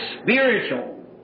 spiritual